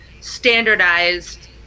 standardized